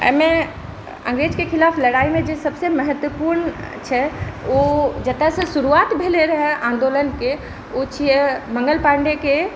एहिमे अङ्ग्रेजके खिलाफ लड़ाइमे जे सबसे महत्वपुर्ण छै ओ जतऽ से शुरुआत भेलै रह आन्दोलनके ओ छियै मङ्गल पाण्डेकेँ